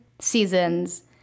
seasons